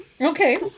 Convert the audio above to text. okay